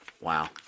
Wow